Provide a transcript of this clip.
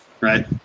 right